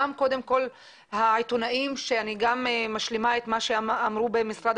קודם כול העיתונאים אני גם משלימה את מה שאמרו במשרד